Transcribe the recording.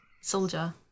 soldier